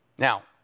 Now